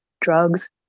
drugs